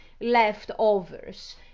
leftovers